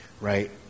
right